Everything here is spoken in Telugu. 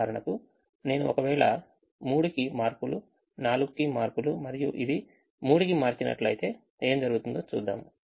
ఉదాహరణకు నేను ఒకవేళ 3కి మార్పులు 4కి మార్పులు మరియు ఇది 3కి మార్చినట్లయితే ఏం జరుగుతుందో చూద్దాం